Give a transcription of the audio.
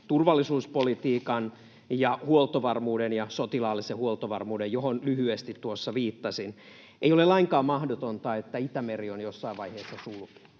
turvallisuuspolitiikan ja huoltovarmuuden ja sotilaallisen huoltovarmuuden, johon lyhyesti tuossa viittasin. Ei ole lainkaan mahdotonta, että Itämeri on jossain vaiheessa suljettu.